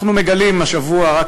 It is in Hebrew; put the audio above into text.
אנחנו מגלים שהשבוע,